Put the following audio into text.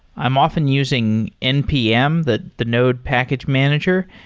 i'm often using npm, the the node package manager.